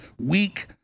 weak